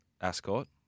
Ascot